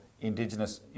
Indigenous